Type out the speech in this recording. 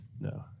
No